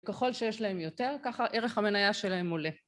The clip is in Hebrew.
מהול בעצב ללא חידושים